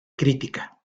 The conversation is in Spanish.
crítica